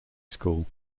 school